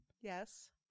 Yes